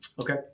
Okay